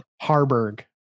harburg